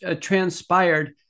transpired